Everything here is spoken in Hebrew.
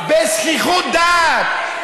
בזחיחות דעת,